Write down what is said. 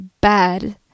bad